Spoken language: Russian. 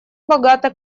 богата